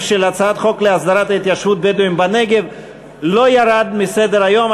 של הצעת חוק להסדרת התיישבות בדואים בנגב לא ירד מסדר-היום.